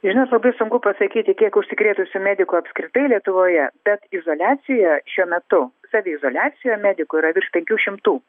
žinot labai sunku pasakyti kiek užsikrėtusių medikų apskritai lietuvoje bet izoliacijoje šiuo metu saviizoliacijoje medikų yra virš penkių šimtų